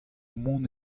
mont